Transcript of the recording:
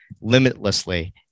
limitlessly